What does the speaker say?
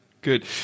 Good